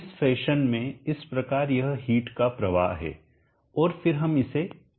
इस फैशन में इस प्रकार यह हिट का प्रवाह है और फिर हम इसे QC कहते हैं